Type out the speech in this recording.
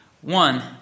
One